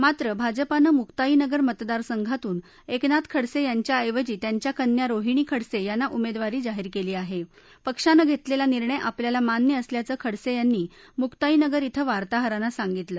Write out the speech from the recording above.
मात्र भाजपानं मुक्ताईनगर मतदारसंघातून एकनाथ खडस ठ्रांच्या ऐवजी त्यांच्या कन्या रोहिणी खडस ठ्रांना उमद्विरी जाहीर क्ली आह प्रक्षानं घरलिसी निर्णय आपल्याला मान्य असल्याचं खडसविंनी मुक्ताईनगर इथं वार्ताहरांना सांगितलं